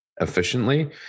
efficiently